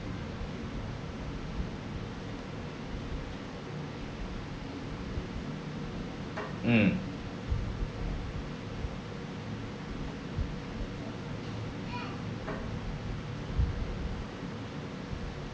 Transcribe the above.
mm